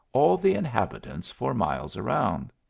all the inhabitants for miles around.